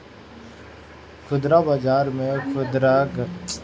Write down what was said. खुदरा बाजार में खुदरा गहकी लोग से सीधा संपर्क कईल जात हवे